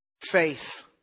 Faith